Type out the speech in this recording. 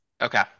Okay